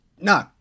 No